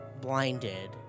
blinded